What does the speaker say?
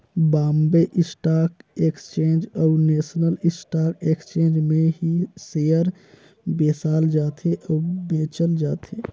Bombay stock exchange अउ national stock exchange में ही सेयर बेसाल जाथे अउ बेंचल जाथे